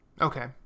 Okay